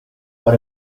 for